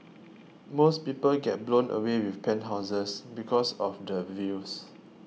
most people get blown away with penthouses because of the views